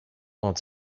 want